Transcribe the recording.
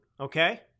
okay